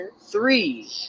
three